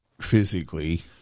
physically